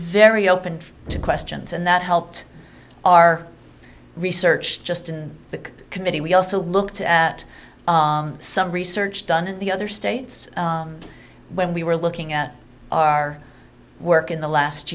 very open to questions and that helped our research just in the committee we also looked at some research done in the other states when we were looking at our work in the last